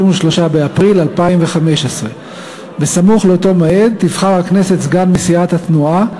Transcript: באפריל 2015. בסמוך לאותו מועד תבחר הכנסת סגן מסיעת התנועה,